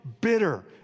bitter